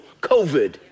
COVID